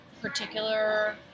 particular